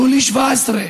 יולי 17',